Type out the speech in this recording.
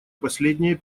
последние